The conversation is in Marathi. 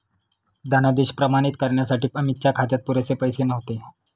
धनादेश प्रमाणित करण्यासाठी अमितच्या खात्यात पुरेसे पैसे नव्हते